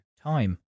time